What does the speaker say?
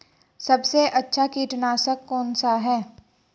सबसे अच्छा कीटनाशक कौनसा है?